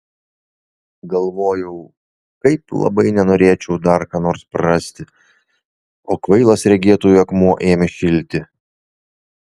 galvojau kaip labai nenorėčiau dar ką nors prarasti o kvailas regėtojų akmuo ėmė šilti